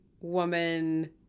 woman